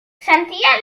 sentia